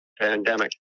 pandemic